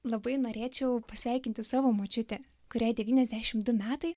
labai norėčiau pasveikinti savo močiutę kuriai devyniasdešimt du metai